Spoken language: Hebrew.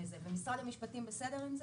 האם משרד המשפטים בסדר עם זה?